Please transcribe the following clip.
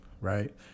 right